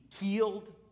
healed